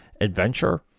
adventure